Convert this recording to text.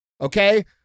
okay